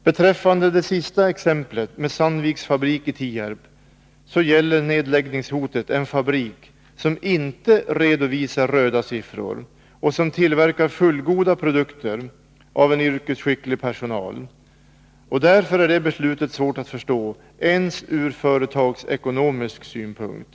Beträffande det sista exemplet med Sandviks fabrik i Tierp gäller nedläggningshotet en fabrik som inte redovisar röda siffror, och vars personal tillverkar fullgoda produkter. Därför är det beslutet svårt att förstå ens ur företagsekonomisk synpunkt.